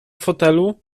fotelu